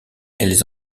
elles